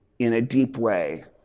in a deep way.